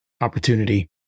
opportunity